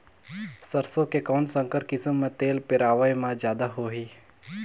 सरसो के कौन संकर किसम मे तेल पेरावाय म जादा होही?